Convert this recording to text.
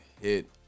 hit